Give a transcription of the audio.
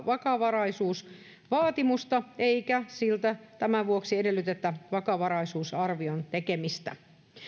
vakavaraisuusvaatimusta eikä siltä tämän vuoksi edellytetä vakavaraisuusarvion tekemistä